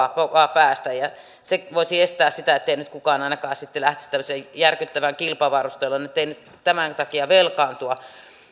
päästä on kova ja tämä voisi estää sen niin ettei nyt kukaan ainakaan sitten lähtisi tällaiseen järkyttävään kilpavarusteluun ei nyt tämän takia velkaantua